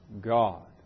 God